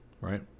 right